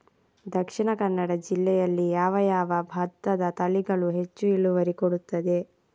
ದ.ಕ ಜಿಲ್ಲೆಯಲ್ಲಿ ಯಾವ ಯಾವ ಭತ್ತದ ತಳಿಗಳು ಹೆಚ್ಚು ಇಳುವರಿ ಕೊಡುತ್ತದೆ?